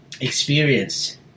experience